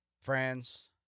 friends